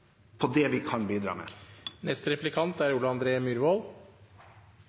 på det vi kan bidra med.